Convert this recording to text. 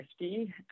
50